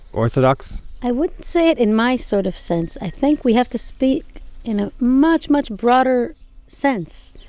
orthodox? i would say it in my sort of sense. i think we have to speak in a much, much broader sense.